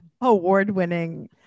award-winning